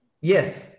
Yes